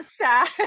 sad